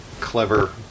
clever